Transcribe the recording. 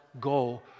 go